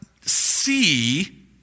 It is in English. see